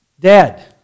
dead